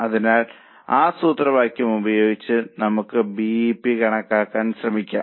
അതിനാൽ ആ സൂത്രവാക്യം ഉപയോഗിച്ച് നമുക്ക് ബി ഇ പി കണക്കാക്കാൻ ശ്രമിക്കാം